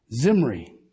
Zimri